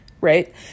right